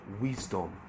Wisdom